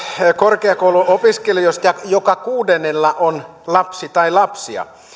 korkeakouluopiskelijoista joka kuudennella on lapsi tai lapsia